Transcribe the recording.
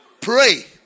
Pray